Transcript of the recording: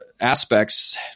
aspects